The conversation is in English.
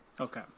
Okay